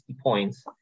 points